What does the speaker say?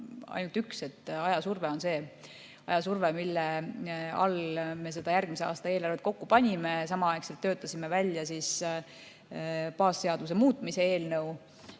ainult üks: ajasurve. Ajasurve, mille all me järgmise aasta eelarvet kokku panime, samaaegselt töötasime välja baasseaduse muutmise eelnõu